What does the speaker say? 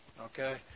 Okay